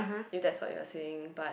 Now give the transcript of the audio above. if that's what you're saying but